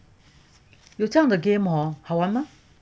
有这样的 game hor 好玩吗